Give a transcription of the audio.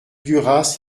duras